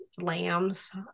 lambs